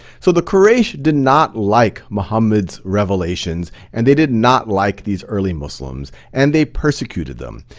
so the quraysh did not like muhammed's revelations and they did not like these early muslims, and they persecuted them.